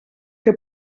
que